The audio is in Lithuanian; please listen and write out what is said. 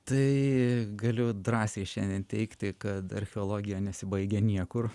tai galiu drąsiai šiandien teigti kad archeologija nesibaigia niekur